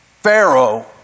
Pharaoh